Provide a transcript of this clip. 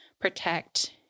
protect